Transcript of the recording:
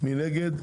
מי נגד?